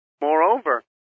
Moreover